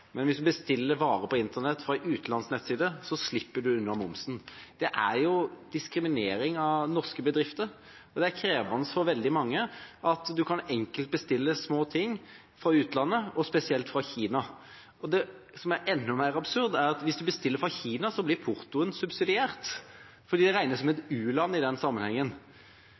men hvis man bestiller varer på internett fra en utenlandsk nettside, slipper man unna momsen. Det er diskriminering av norske bedrifter. Det er krevende for veldig mange at man enkelt kan bestille små ting fra utlandet, og spesielt fra Kina. Det som er enda mer absurd, er at hvis man bestiller fra Kina, blir portoen subsidiert fordi det regnes som et u-land i den sammenhengen.